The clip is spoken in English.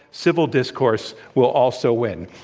civil discourse will also win.